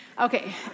Okay